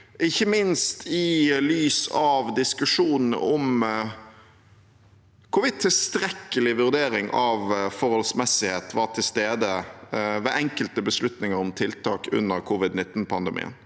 ikke minst i lys av diskusjonene om hvorvidt tilstrekkelig vurdering av forholdsmessighet var til stede ved enkelte beslutninger om tiltak under covid-19-pandemien,